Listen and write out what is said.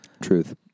Truth